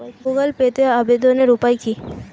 Google পেতে আবেদনের উপায় কি?